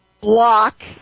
block